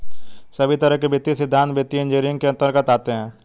सभी तरह के वित्तीय सिद्धान्त वित्तीय इन्जीनियरिंग के अन्तर्गत आते हैं